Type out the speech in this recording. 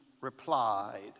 replied